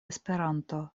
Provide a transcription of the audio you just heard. esperanto